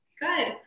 Good